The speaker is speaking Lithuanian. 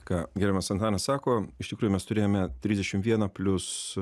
ką gerbiamas antanas sako iš tikrųjų mes turėjome trisdešim vieną plius